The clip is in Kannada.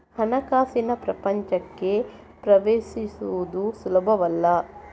ಹಣಕಾಸಿನ ಪ್ರಪಂಚಕ್ಕೆ ಪ್ರವೇಶಿಸುವುದು ಸುಲಭವಲ್ಲ